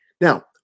Now